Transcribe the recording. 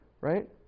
right